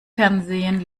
fernsehen